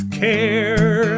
care